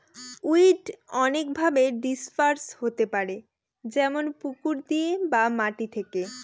weed অনেকভাবে disperse হতে পারে যেমন পুকুর দিয়ে বা মাটি থেকে